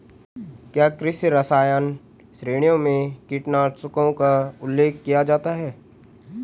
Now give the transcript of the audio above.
क्या कृषि रसायन श्रेणियों में कीटनाशकों का उल्लेख किया जाता है?